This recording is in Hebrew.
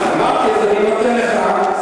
אמרתי, אז אני נותן לך.